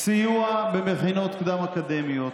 סיוע במכינות קדם-אקדמיות,